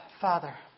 Father